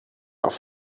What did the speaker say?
auf